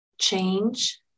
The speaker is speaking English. change